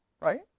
Right